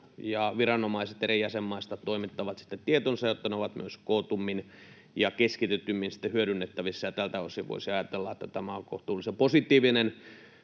viranomaiset eri jäsenmaista toimittavat tietonsa, jotta ne ovat myös kootummin ja keskitetymmin hyödynnettävissä. Tältä osin voisi ajatella, että tämä on kohtuullisen positiivinen